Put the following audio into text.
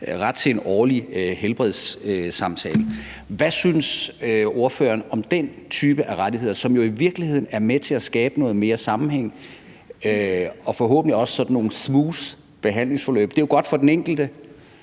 ret til en årlig helbredssamtale. Hvad synes ordføreren om den type af rettigheder, som jo i virkeligheden er med til at skabe noget mere sammenhæng og forhåbentlig også nogle smooth behandlingsforløb? Det er jo godt for den enkelte,